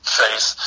face